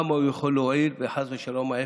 כמה הוא יכול להועיל, וחס ושלום ההפך.